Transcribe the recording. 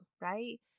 right